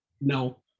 No